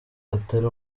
atari